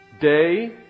day